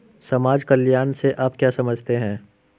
समाज कल्याण से आप क्या समझते हैं?